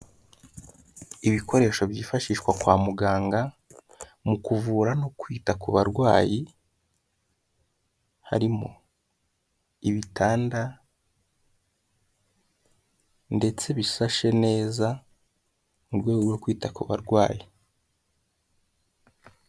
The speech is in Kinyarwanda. Ibikoresho byifashishwa kwa muganga mu kuvura no kwita ku barwayi; harimo ibitanda ndetse bisashe neza mu rwego rwo kwita ku barwayi.